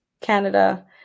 Canada